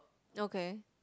okay